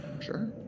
Sure